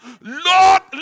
Lord